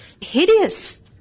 hideous